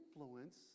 influence